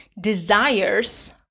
desires